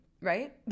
right